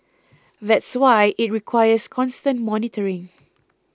that's why it requires constant monitoring